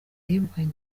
yegukanye